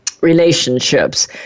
relationships